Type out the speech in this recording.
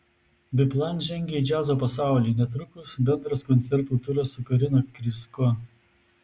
biplan žengia į džiazo pasaulį netrukus bendras koncertų turas su karina krysko